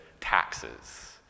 taxes